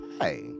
Hi